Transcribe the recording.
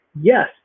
Yes